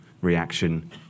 reaction